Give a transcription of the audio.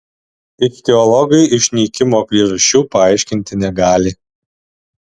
ichtiologai išnykimo priežasčių paaiškinti negali